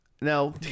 now